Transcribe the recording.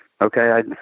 okay